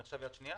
זה נחשב יד שנייה?